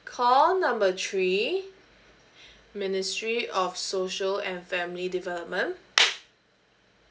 call number three ministry of social and family development